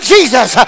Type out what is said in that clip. Jesus